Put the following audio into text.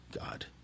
God